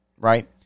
right